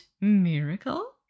miracle